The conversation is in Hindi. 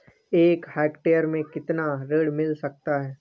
एक हेक्टेयर में कितना ऋण मिल सकता है?